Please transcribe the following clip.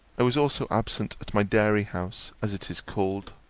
i was also absent at my dairy-house, as it is called,